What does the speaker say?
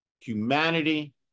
humanity